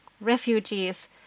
refugees